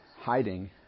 hiding